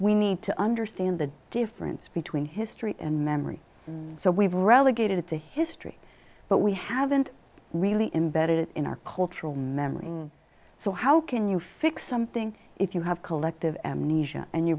we need to understand the difference between history and memory and so we've relegated to history but we haven't really imbedded in our cultural memory so how can you fix something if you have collective amnesia and you